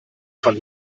von